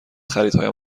خریدهایم